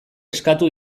eskatu